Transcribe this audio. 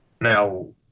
Now